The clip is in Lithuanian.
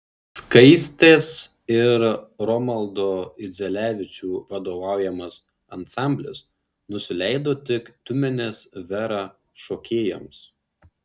skaistės ir romaldo idzelevičių vadovaujamas ansamblis nusileido tik tiumenės vera šokėjams